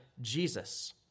Jesus